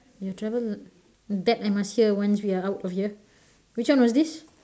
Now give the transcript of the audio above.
ya travel that I must hear once we are out of here which one was this